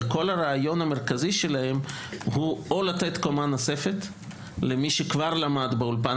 אבל כל הרעיון המרכזי שלהם זה או לתת קומה נוספת למי שכבר למד באולפן